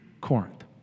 Corinth